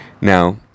Now